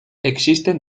existen